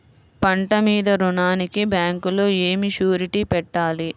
పంట మీద రుణానికి బ్యాంకులో ఏమి షూరిటీ పెట్టాలి?